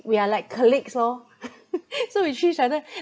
we are like colleagues lor so we treat each other